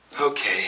Okay